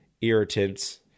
irritants